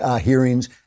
hearings